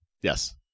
yes